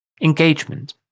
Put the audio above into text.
Engagement